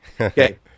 Okay